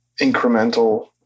incremental